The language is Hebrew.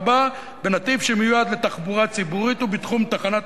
(4) בנתיב שמיועד לתחבורה ציבורית ובתחום תחנת